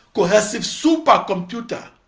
cohesive supercomputer,